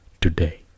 today